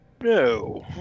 No